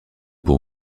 pour